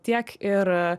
tiek ir